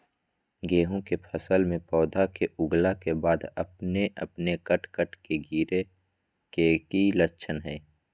गेहूं के फसल में पौधा के उगला के बाद अपने अपने कट कट के गिरे के की लक्षण हय?